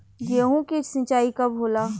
गेहूं के सिंचाई कब होला?